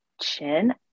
chin